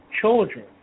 children